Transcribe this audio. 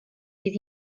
fydd